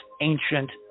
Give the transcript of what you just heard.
ancient